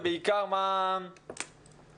בואי